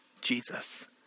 Jesus